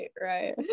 Right